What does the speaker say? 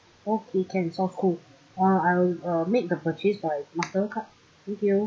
okay can sounds cool uh I'll uh make the purchase by master card thank you